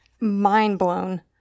mind-blown